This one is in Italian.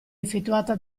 effettuata